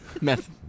meth